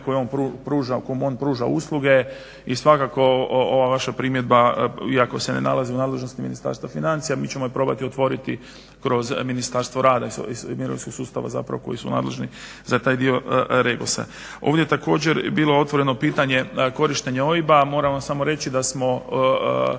kome on pruža usluge i svakako ova vaša primjedba iako se ne nalazi u nadležnosti Ministarstva financija mi ćemo je probati otvoriti kroz Ministarstvo rada i mirovinskog sustava zapravo koji su nadležni za taj dio REGOS-a. Ovdje je također bilo otvoreno pitanje korištenja OIB-a. Moram vam samo reći da smo